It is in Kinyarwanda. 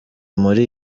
muri